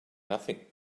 nothing